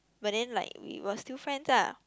but then like we were still friends lah